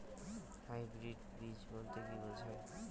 Hybrid বীজ বলতে কী বোঝায়?